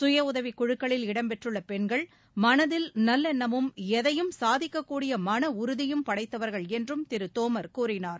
சுய உதவிக்குழுக்களில் இடம் பெற்றுள்ள பென்கள் மனதில் நல்லெண்ணமும் எதையும் சாதிக்கக்கூடிய மன உறுதியும் படைத்தவர்கள் என்றும் திரு தோமர் கூறினார்